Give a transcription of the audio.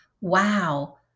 wow